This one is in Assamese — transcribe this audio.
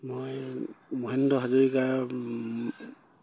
মই মহেন্দ্ৰ হাজৰিকাৰ